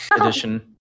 edition